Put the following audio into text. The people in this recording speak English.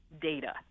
data